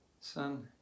son